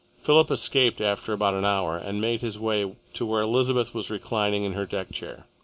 philip escaped after about an hour and made his way to where elizabeth was reclining in her deck chair.